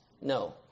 No